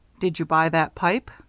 did you buy that pipe?